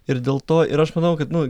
ir dėl to ir aš manau kad nu